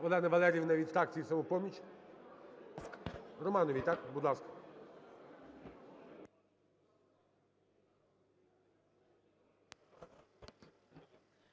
Олена Валеріївна, від фракції "Самопоміч". Романовій, так? Будь ласка.